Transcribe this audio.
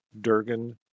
Durgan